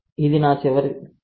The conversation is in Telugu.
ఇది నా చివరి తరగతి